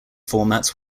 formats